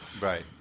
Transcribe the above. Right